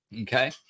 Okay